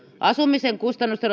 asumisen kustannusten